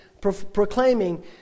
proclaiming